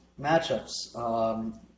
matchups